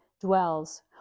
dwells